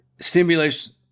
stimulates